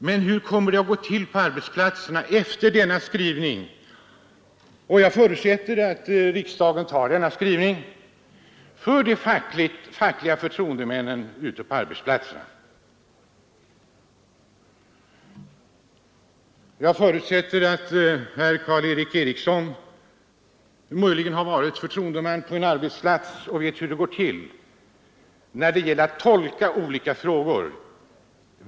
Men hur kommer det att gå till på arbetsplatserna, hur kommer de fackliga förtroendemännen ute på arbetsplatserna att få det, om riksdagen godkänner denna skrivning — och det förutsätter jag att riksdagen gör? Herr Karl Erik Eriksson har kanske själv varit förtroendeman på en arbetsplats och vet hur det går till när det gäller att tolka olika beslut.